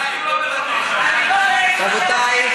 רבותי,